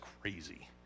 crazy